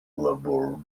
labour